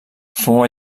fou